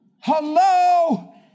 Hello